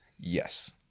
Yes